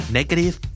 Negative